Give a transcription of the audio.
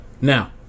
Now